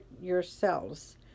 yourselves